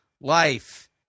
life